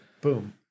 Boom